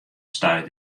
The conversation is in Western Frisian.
stuit